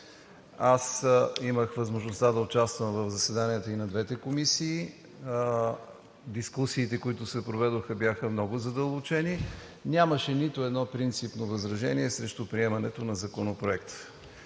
Аз имах възможността да участвам в заседанията и на двете комисии. Дискусиите, които се проведоха, бяха много задълбочени. Нямаше нито едно принципно възражение срещу приемането на Законопроекта.